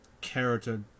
character